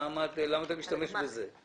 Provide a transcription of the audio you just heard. למה אתה משתמש בזה?